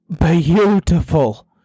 beautiful